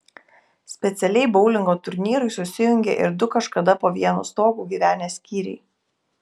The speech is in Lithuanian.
specialiai boulingo turnyrui susijungė ir du kažkada po vienu stogu gyvenę skyriai